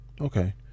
Okay